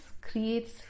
creates